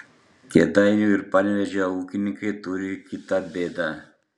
kėdainių ir panevėžio ūkininkai turi kitą bėdą